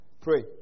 Pray